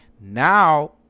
now